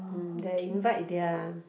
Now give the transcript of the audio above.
mm they invite their